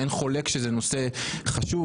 אין חולק שזה נושא חשוב,